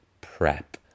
prep